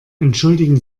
entschuldigen